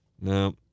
no